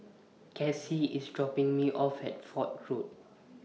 Cassie IS dropping Me off At Fort Road